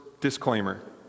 disclaimer